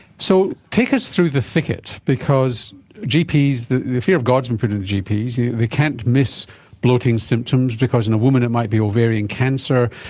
so take us through the thicket, because gps, the the fear of god has been put into gps, they can't miss bloating symptoms because in a woman it might be ovarian cancer,